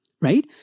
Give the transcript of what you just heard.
right